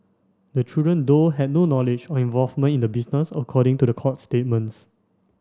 the children though had no knowledge or involvement in the business according to court statements